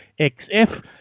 XF